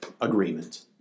agreement